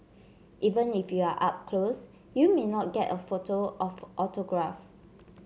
even if you are up close you may not get a photo or autograph